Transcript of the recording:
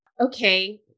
okay